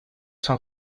san